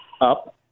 up